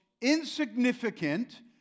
insignificant